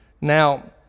now